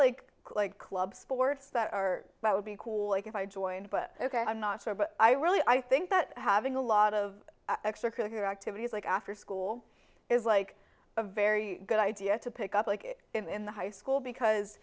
like like club sports that are i would be cool if i joined but ok i'm not sure but i really i think that having a lot of extracurricular activities like after school is like a very good idea to pick up like in the high school because